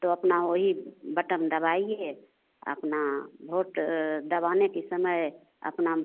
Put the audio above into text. तो अपना वही बटन दबाइए अपना वोट दबाने के समय अपना